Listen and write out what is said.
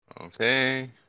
Okay